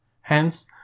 Hence